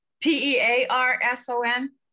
P-E-A-R-S-O-N